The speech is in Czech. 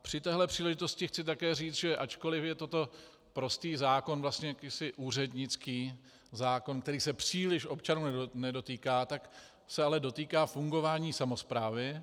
Při téhle příležitosti chci také říct, že ačkoli je toto prostý zákon, vlastně jakýsi úřednický zákon, který se příliš občanů nedotýká, tak se ale dotýká fungování samosprávy.